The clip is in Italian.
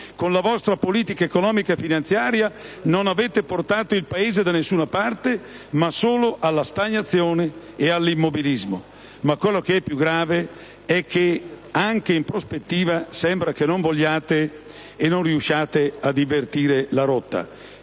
Con la vostra politica economica e finanziaria non avete portato il Paese da nessuna parte, ma solo alla stagnazione e all'immobilismo. Ma quello che è più grave è che, anche in prospettiva, sembra che non vogliate e non riusciate ad invertire la rotta.